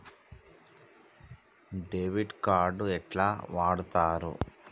Debit card ఎట్లా వాడుతరు?